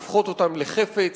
הופכות אותן לחפץ,